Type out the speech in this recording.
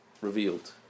revealed